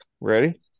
Ready